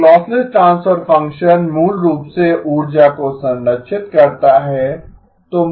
एक lossless transfer function मूल रूप से ऊर्जा को संरक्षित करता है